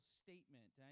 statement